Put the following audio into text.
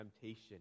temptation